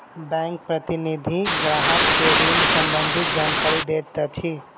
bank प्रतिनिधि ग्राहक के ऋण सम्बंधित जानकारी दैत अछि